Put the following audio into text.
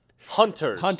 Hunters